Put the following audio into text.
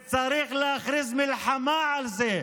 וצריך להכריז מלחמה על זה.